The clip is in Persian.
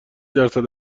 درصد